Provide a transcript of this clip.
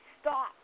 stop